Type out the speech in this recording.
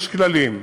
יש כללים.